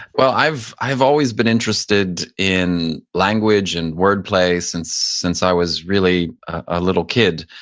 well, i've i've always been interested in language and wordplay since since i was really a little kid.